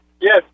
Yes